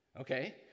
Okay